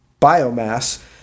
biomass